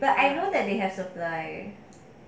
but I know that they have supply